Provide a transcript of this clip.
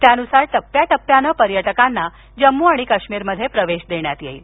यानुसार टप्प्या टप्प्यानं पर्यटकांना जम्मू आणि काश्मीरमध्ये प्रवेश देण्यात येईल